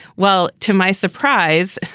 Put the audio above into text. well, to my surprise,